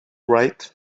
write